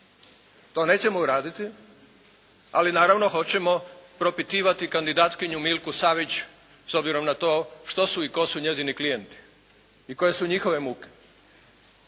To nećemo uraditi ali naravno hoćemo propitivati kandidatkinju Milku Savić s obzirom na to što su i tko su njezini klijenti i koje su njihove muke.